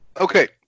Okay